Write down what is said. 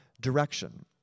direction